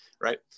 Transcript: right